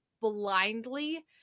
blindly